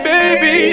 Baby